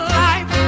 life